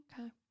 Okay